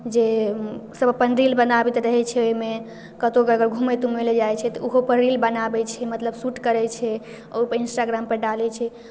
जे सभ अपन दिल बनाबैत रहै छै ओहिमे कतहुके अगर घूमै तूमै लेल जाइ छै तऽ ओहोपर रील बनाबै छै मतलब शूट करै छै ओहिपर इंस्टाग्रामपर डालै छै